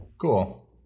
Cool